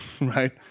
right